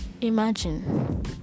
Imagine